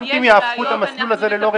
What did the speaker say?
אם יש בעיות נטפל בזה.